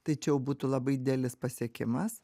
tai čia jau būtų labai didelis pasiekimas